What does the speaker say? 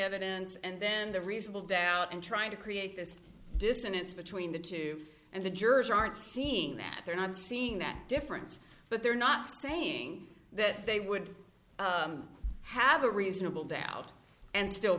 evidence and then the reasonable doubt and trying to create this dissonance between the two and the jurors aren't seeing that they're not seeing that difference but they're not saying that they would have a reasonable doubt and still